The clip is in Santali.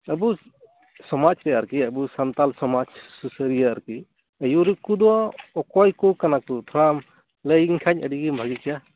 ᱟᱵᱚ ᱥᱚᱢᱟᱡᱽ ᱨᱮ ᱟᱨᱠᱤ ᱟᱵᱚ ᱥᱟᱱᱛᱟᱲ ᱥᱚᱢᱟᱡᱽ ᱥᱩᱥᱟᱹᱨᱤᱭᱟᱹ ᱟᱨᱠᱤ ᱟᱹᱭᱩᱨᱤᱡ ᱠᱚᱫᱚ ᱚᱠᱚᱭ ᱠᱚ ᱠᱟᱱᱟ ᱠᱚ ᱛᱷᱚᱲᱟᱢ ᱞᱟᱹᱭ ᱟᱹᱧ ᱠᱷᱟᱱ ᱟᱹᱰᱤᱜᱮ ᱵᱷᱟᱹᱜᱤ ᱠᱚᱜᱼᱟ